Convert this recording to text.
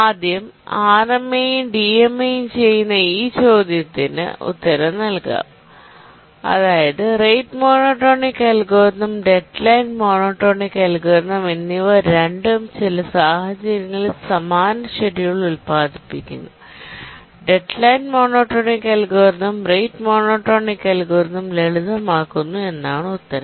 ആദ്യം ആർഎംഎയും ഡിഎംഎയും ചെയ്യുന്ന ഈ ചോദ്യത്തിന് ഉത്തരം നൽകാം അതായത് rate monotonic algorithm deadline monotonic algorithm എന്നിവ രണ്ടും ചില സാഹചര്യങ്ങളിൽ സമാന ഷെഡ്യൂൾ ഉൽപാദിപ്പിക്കുന്നു പിരീഡും സമയപരിധിയും ഒന്നുതന്നെയാണെങ്കിൽ deadline monotonic algorithm rate monotonic algorithm ലളിതമാക്കുന്നു എന്നതാണ് ഉത്തരം